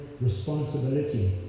responsibility